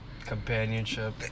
Companionship